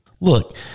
Look